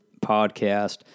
podcast